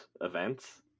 events